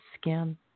skin